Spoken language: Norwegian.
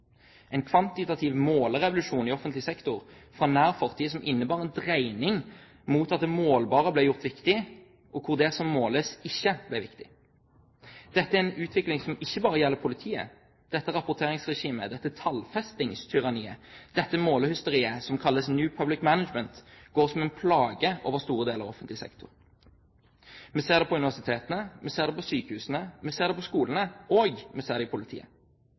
en kvantitativ målerevolusjon i offentlig sektor fra nær fortid som innebar en dreining mot at det målbare ble gjort viktig, og hvor det som ikke kan måles, ikke ble viktig. Dette er en utvikling som ikke bare gjelder politiet. Dette rapporteringsregimet, dette tallfestingstyranniet, dette målehysteriet, som kalles New Public Management, går som en plage over store deler av offentlig sektor. Vi ser det på universitetene, vi ser det på sykehusene, vi ser det på skolene, og vi ser det i politiet.